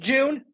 June